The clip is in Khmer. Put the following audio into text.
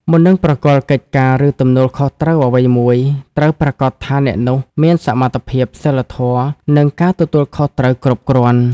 មុននឹងប្រគល់កិច្ចការ ឬទំនួលខុសត្រូវអ្វីមួយ ត្រូវប្រាកដថាអ្នកនោះមានសមត្ថភាព សីលធម៌ និងការទទួលខុសត្រូវគ្រប់គ្រាន់។